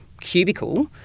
cubicle